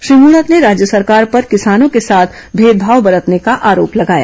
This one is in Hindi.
श्री मृणत ने राज्य सरकार पर किसानों के साथ भेदभाव बरतने का आरोप लगाया